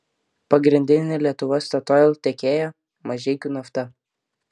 pagrindinė lietuva statoil tiekėja mažeikių nafta